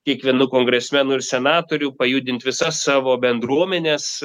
kiekvienu kongresmenu ir senatoriu pajudinti visas savo bendruomenes